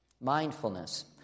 Mindfulness